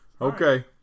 Okay